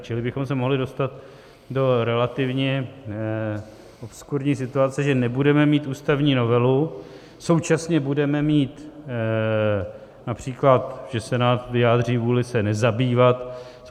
Čili bychom se mohli dostat do relativně obskurní situace, že nebudeme mít ústavní novelu, současně budeme mít například, že Senát vyjádří vůli se nezabývat.